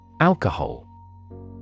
Alcohol